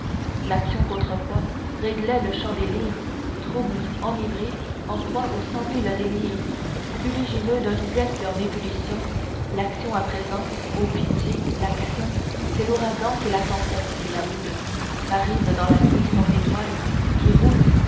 l'action qu'autrefois réglait le chant des lyres trouble enivrée en proie aux cent mille délires fuligineux d'un siècle en ébullition l'action à présent ô pitié l'action c'est l'ouragan c'est la tempête c'est la houle marine dans la nuit sans étoiles qui roule